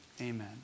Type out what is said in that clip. Amen